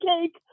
Cake